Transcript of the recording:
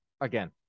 again